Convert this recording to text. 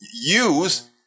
use